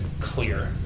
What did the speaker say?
clear